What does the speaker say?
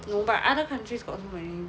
no but other countries got so many